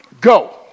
Go